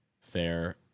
fair